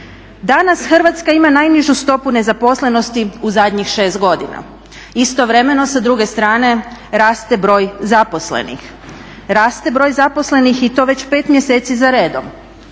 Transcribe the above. Danas Hrvatska ima najnižu stopu nezaposlenosti u zadnjih 6 godina. Istovremeno sa druge strane raste broj zaposlenih. Raste broj zaposlenih i to već 5 mjeseci za redom.